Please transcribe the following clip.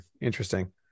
Interesting